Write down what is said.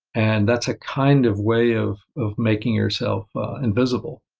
and that's a kind of way of of making yourself invisible.